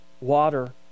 water